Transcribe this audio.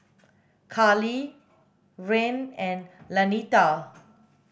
Karley Rahn and Lanita